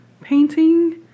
painting